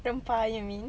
rempah you mean